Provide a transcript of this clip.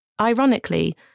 Ironically